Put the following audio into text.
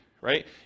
right